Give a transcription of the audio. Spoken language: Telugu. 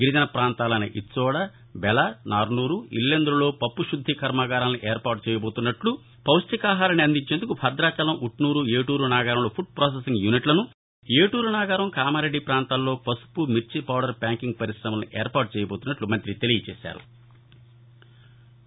గిరిజన పాంతాలైన ఇచ్చోద బెల నార్నూరు ఇల్లెందులలో పప్పు శుద్ది కర్మాగారాలను ఏర్పాటు చేయబోతున్నట్లు పౌష్టిక ఆహారాన్ని అందించేందుకు భదాచలం ఉట్నూరు ఏటూరు నాగారంలో ఫుడ్ ప్రొసెసింగ్ యూనిట్లను ఏటూరు నాగారం కామారెడ్డి ప్రాంతాల్లో పసుపు మిర్చి పౌడర్ ప్యాకింగ్ పరిశ్రమలను ఏర్పాటు చేయబోతోన్నట్లు మంతి తెలిపారు